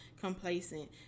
complacent